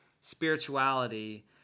spirituality